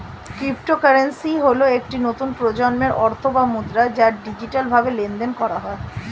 cryptocurrency হল একটি নতুন প্রজন্মের অর্থ বা মুদ্রা যা ডিজিটালভাবে লেনদেন করা হয়